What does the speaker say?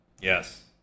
Yes